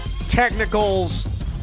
technicals